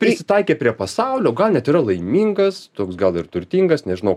prisitaikė prie pasaulio gal net yra laimingas toks gal ir turtingas nežinau